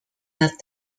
that